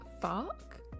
fuck